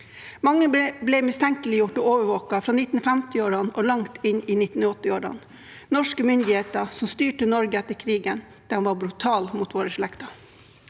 Mange ble mistenkeliggjort og overvåket fra 1950-årene og langt inn i 1980-årene. Norske myndigheter som styrte Norge etter krigen, var brutale mot våre slekter.